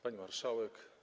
Pani Marszałek!